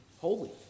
holy